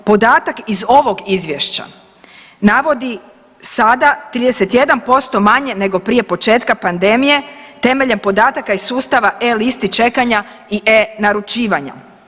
Podatak iz ovog izvješća navodi sada 31% manje nego prije početka pandemije temeljem podataka iz sustava e-listi čekanja i e-naručivanja.